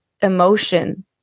emotion